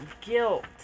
guilt